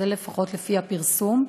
זה לפחות לפי הפרסום.